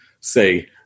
say